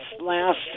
last